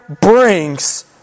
brings